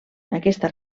aquesta